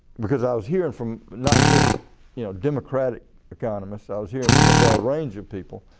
because i was hearing from not just you know democratic economists, i was hearing from a broad range of people.